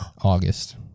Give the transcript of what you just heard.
August